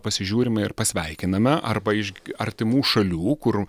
pasižiūrime ir pasveikiname arba iš artimų šalių kur